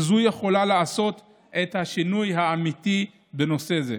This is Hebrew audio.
וזו יכולה לעשות את השינוי האמיתי בנושא זה.